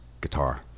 guitar